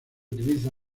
utiliza